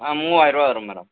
ஆ மூவாயிருவா வரும் மேடம்